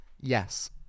yes